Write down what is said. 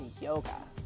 yoga